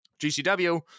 GCW